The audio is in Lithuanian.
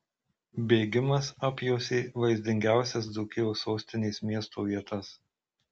bėgimas apjuosė vaizdingiausias dzūkijos sostinės miesto vietas